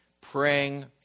Praying